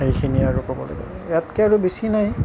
এইখিনিয়ে আৰু ক'বলগীয়া ইয়াতকৈ আৰু বেছি নাই